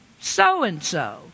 so-and-so